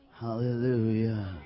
Hallelujah